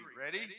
ready